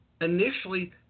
initially